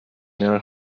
now